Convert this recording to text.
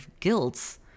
guilts